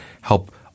help